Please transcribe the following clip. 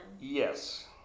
yes